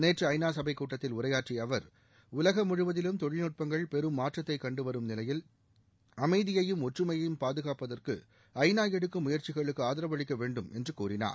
நேற்று ஐ நா சபை கூட்டத்தில் உரையாற்றிய அவர் உலகம் முழுவதிலும் தொழில்நுட்பங்கள் பெரும் மாற்றத்தைக் கண்டுவரும் நிலையில் அமைதியையும் ஒற்றுமையையும் பாதுகாப்பதற்கு ஐ நா எடுக்கும் முயற்சிகளுக்கு ஆதரவு அளிக்க வேண்டும் என்று கூறினார்